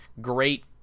great